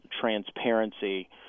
transparency